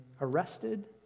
arrested